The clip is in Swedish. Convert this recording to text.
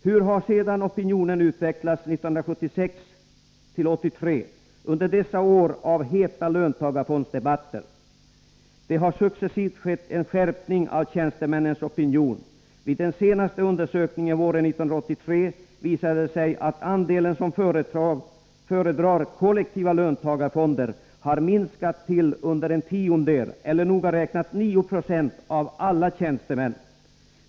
Hur har opinionen utvecklats från 1976 till 1983, under dessa år av heta löntagarfondsdebatter? Det har successivt skett en skärpning av tjänstemännens opinion. Vid den senaste undersökningen våren 1983 visade det sig att andelen som föredrar kollektiva löntagarfonder har minskat till under en tiondel, eller noga räknat 9 96 av alla tjänstemän.